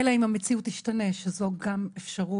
אלא אם המציאות תשתנה, שזאת גם אפשרות.